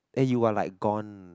eh you are like gone